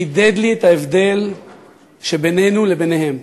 חידד את ההבדל שבינינו לבינם.